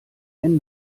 wenn